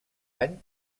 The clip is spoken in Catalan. any